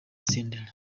senderi